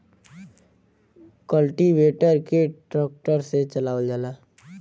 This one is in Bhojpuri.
कल्टीवेटर के ट्रक्टर से चलावल जाला